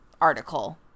article